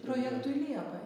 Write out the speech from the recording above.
projektui liepai